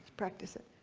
practice it.